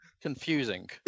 Confusing